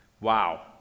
Wow